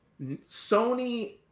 Sony